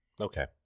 Okay